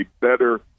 better